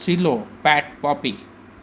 slow पैट Poppy